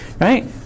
Right